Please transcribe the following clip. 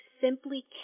simply